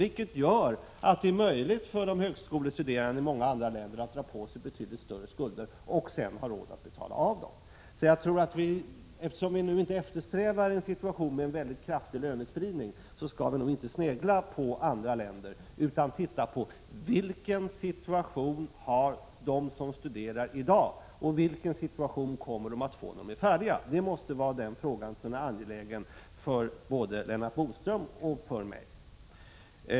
Det är möjligt för högskolestuderande i många andra länder att dra på sig betydligt större skulder och sedan ha råd att betala av dem. Eftersom vi i Sverige nu inte eftersträvar en situation med kraftig lönespridning, skall vi nog inte snegla på andra länder utan se på hur situationen är för dem som studerar i dag och hur den kommer att vara när de är färdiga. Den frågan måste vara angelägen både för Lennart Bodström och för mig.